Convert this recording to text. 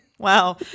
Wow